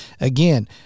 again